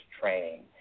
training